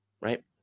Right